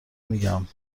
میگم